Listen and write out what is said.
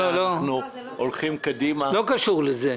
אנחנו הולכים קדימה קשורה -- לא קשור לזה.